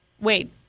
Wait